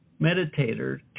meditator